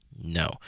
no